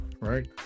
right